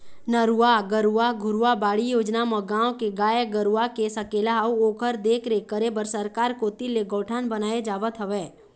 नरूवा, गरूवा, घुरूवा, बाड़ी योजना म गाँव के गाय गरूवा के सकेला अउ ओखर देखरेख करे बर सरकार कोती ले गौठान बनाए जावत हवय